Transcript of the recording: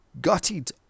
gutted